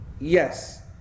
Yes